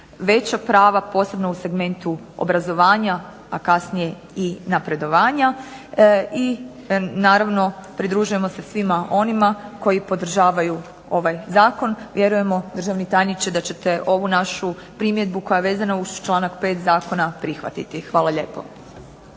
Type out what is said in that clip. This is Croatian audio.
veća prava, posebno u segmentu obrazovanja, a kasnije i napredovanja. I naravno, pridružujemo se svima onima koji podržavaju ovaj zakon. Vjerujemo, državni tajniče, da ćete ovu našu primjedbu koja je vezana uz članak 5. zakona prihvatiti. Hvala lijepo.